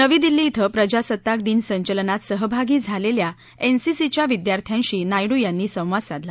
नवी दिल्ली कें प्रजासत्ताक दिन संचलनात सहभागी झालेल्या एनसीसीच्या विद्यार्थ्यांशी नायडू यांनी संवाद साधला